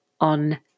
on